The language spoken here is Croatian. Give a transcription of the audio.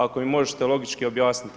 Ako mi možete logički objasniti to.